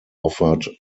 offered